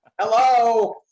Hello